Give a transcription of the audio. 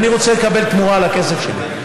ואני רוצה לקבל תמורה לכסף שלי.